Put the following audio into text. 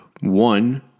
one